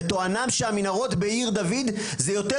כשהם טוענים שהמנהרות בעיר דוד זה יותר